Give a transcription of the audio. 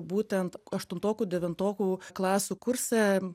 būtent aštuntokų devintokų klasių kurse